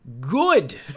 good